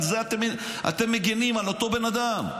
על זה אתם מגנים על אותו בן אדם,